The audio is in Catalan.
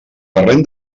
parlem